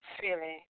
feeling